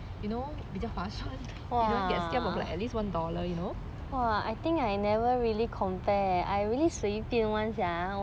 比较划算 you don't get scammed of at least one dollar you know